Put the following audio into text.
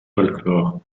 folklore